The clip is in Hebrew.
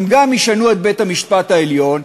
הם גם ישנו את בית-המשפט העליון,